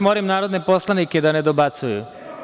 Molim narodne poslanike da ne dobacuju.